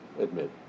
admit